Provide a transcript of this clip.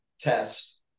test